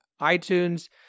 iTunes